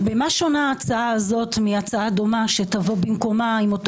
במה שונה ההצעה הזאת מהצעה דומה שתבוא במקומה עם אותו